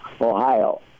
Ohio